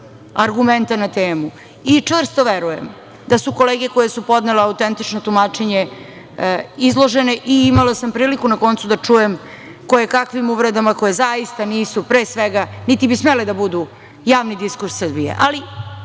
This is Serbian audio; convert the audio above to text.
argumenta na temu. Čvrsto verujem da su i kolege koji su podnele autentično tumačenje izložene i imala sam priliku na koncu, da čujem koje kakvim uvredama, koje zaista nisu pre svega, niti bi smele da budu, javni diskurs Srbije,